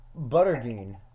Butterbean